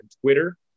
Twitter